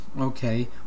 Okay